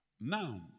Now